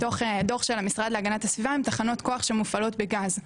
מתוך דוח המשרד להגנת הסביבה הן תחנות כוח שמופעלות בגז.